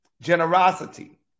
Generosity